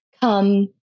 come